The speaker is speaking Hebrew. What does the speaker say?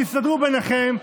תסתדרו ביניכם,